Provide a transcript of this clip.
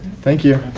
thank you!